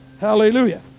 Hallelujah